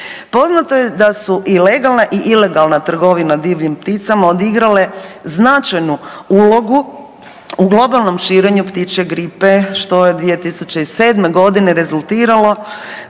Poznato je da su i legalna i ilegalna trgovina divljim pticama odigrale značajnu ulogu u globalnom širenju ptičje gripe, što je 2007.g. rezultiralo